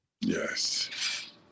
Yes